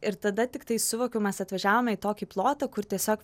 ir tada tiktai suvokiau mes atvažiavome į tokį plotą kur tiesiog